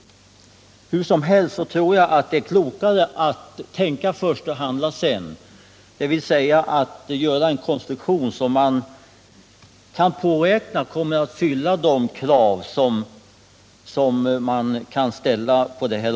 Hur som helst tror jag det är klokare att tänka först och handla sedan, dvs. att göra en konstruktion som man kan påräkna kommer att fylla de krav som man kan ställa.